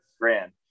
grand